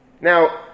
Now